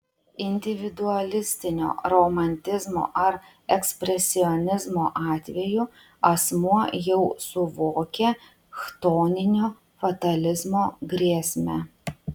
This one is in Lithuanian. individualistinio romantizmo ar ekspresionizmo atveju asmuo jau suvokia chtoninio fatalizmo grėsmę